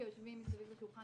שיושבים סביב לשולחן,